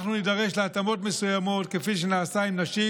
אנחנו נידרש להתאמות מסוימות, כפי שנעשה עם נשים,